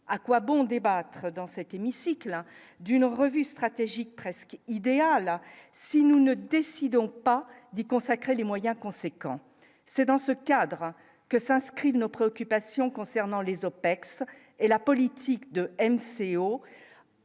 à quoi bon débattre dans cet hémicycle d'une revue stratégique presque idéale si nous ne décidons pas d'y consacrer les moyens conséquents, c'est dans ce cadre que s'inscrit de nos préoccupations concernant les OPEX et la politique de MCO